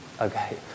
Okay